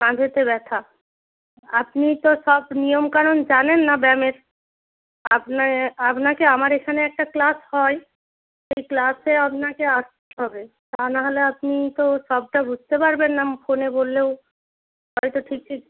মাঝেতে ব্যথা আপনি তো সব নিয়মকানুন জানেন না ব্যায়ামের আপনার আপনাকে আমার এখানে একটা ক্লাস হয় সেই ক্লাসে আপনাকে আসতে হবে তা না হলে আপনি তো সবটা বুঝতে পারবেন না ফোনে বললেও হয়ত ঠিকঠিক